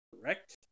Correct